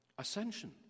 Ascension